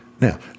Now